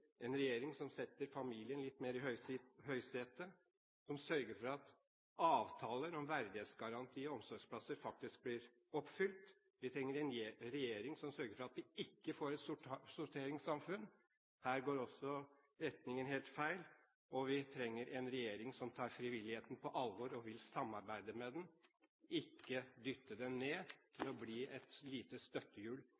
en regjering som setter familien litt mer i høysetet og som sørger for at avtaler om verdighetsgaranti og omsorgsplasser faktisk blir oppfylt. Vi trenger en regjering som sørger for at vi ikke får et sorteringssamfunn – her er også retningen helt feil – og vi trenger en regjering som tar frivilligheten på alvor og vil samarbeide med den – ikke dytte den ned til